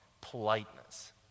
politeness